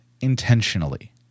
intentionally